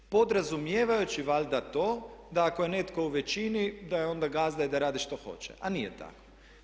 Podrazumijevajući valjda to da ako je netko u većini da je onda gazda i da radi što hoće, a nije tako.